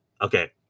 Okay